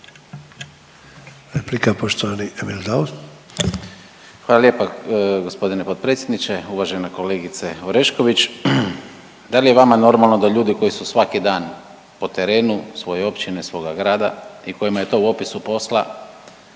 Daus. **Daus, Emil (IDS)** Hvala lijepa gospodine potpredsjedniče. Uvažena kolegice Orešković, da li je vama normalno da ljudi koji su svaki dan po terenu svoje općine, svoga grada i kojima je to u opisu posla